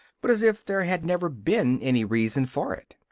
but as if there had never been any reason for it.